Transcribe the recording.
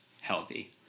healthy